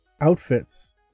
outfits